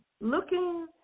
looking